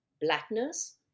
blackness